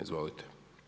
Izvolite.